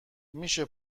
میشه